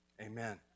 Amen